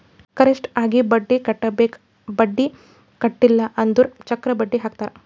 correct ಆಗಿ ಬಡ್ಡಿ ಕಟ್ಟಬೇಕ್ ಬಡ್ಡಿ ಕಟ್ಟಿಲ್ಲ ಅಂದುರ್ ಚಕ್ರ ಬಡ್ಡಿ ಹಾಕ್ತಾರ್